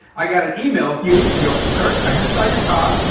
i got an email a few weeks ago. kirk, i just saw your talk.